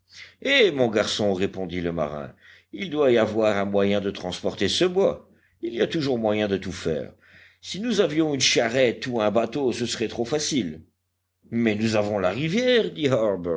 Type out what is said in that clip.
eh mon garçon répondit le marin il doit y avoir un moyen de transporter ce bois il y a toujours moyen de tout faire si nous avions une charrette ou un bateau ce serait trop facile mais nous avons la rivière